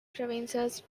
provinces